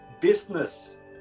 business